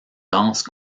danse